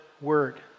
word